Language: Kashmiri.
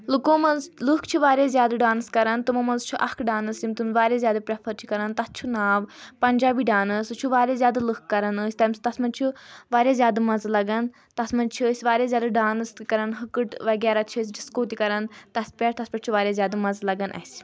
لُکو مَنٛز لُکھ چھِ واریاہ زیادٕ ڈانٕس کران تِمو منٛز چھُ اکھ ڈانٕس یِم تِم واریاہ زیادٕ پرٛیفر چھِ کَران تَتھ چھُ ناو پنٛجابی ڈانٕس سُہ چھُ واریاہ زیادٕ لٕکھ کَران أسۍ تَمہِ سۭتۍ تَتھ منٛز چھُ واریاہ زیادٕ مَزٕ لگَان تَتھ منٛز چھِ أسۍ واریاہ زیادٕ ڈانٕس تہِ کران ہٕکٕٹ وغیرہ چھِ أسۍ ڈِسکو تہِ کران تَتھ پؠٹھ تَتھ پؠٹھ چھِ واریاہ زیادٕ مَزٕ لگَان اَسہِ